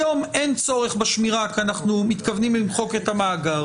היום אין צורך בשמירה כי אנחנו מתכוונים למחוק את המאגר.